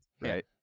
right